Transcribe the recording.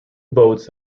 boats